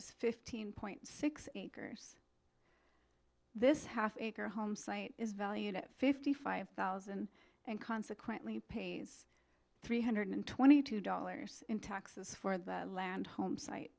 is fifteen point six acres this half acre home site is valued at fifty five thousand and consequently pays three hundred twenty two dollars in taxes for the land home site